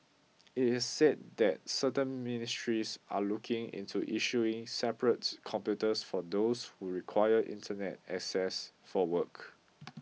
it is said that certain ministries are looking into issuing separate computers for those who require Internet access for work